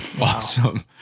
awesome